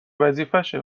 وظیفشه